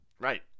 Right